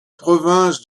provinces